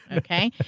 okay?